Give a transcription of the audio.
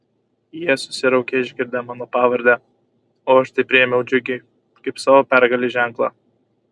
jie susiraukė išgirdę mano pavardę o aš tai priėmiau džiugiai kaip savo pergalės ženklą